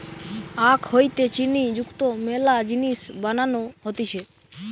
আখ হইতে চিনি যুক্ত মেলা জিনিস বানানো হতিছে